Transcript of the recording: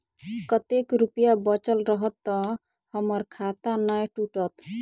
कतेक रुपया बचल रहत तऽ हम्मर खाता नै टूटत?